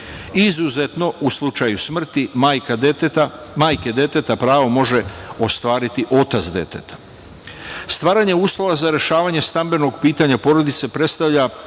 Izuzetno u slučaju smrti majke deteta, pravo može ostvariti otac deteta. Stvaranje uslova za rešavanje stambenog pitanja porodice predstavlja